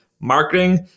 marketing